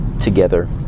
together